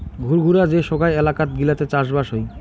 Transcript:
ঘুরঘুরা যে সোগায় এলাকাত গিলাতে চাষবাস হই